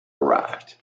arrive